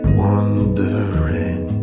wondering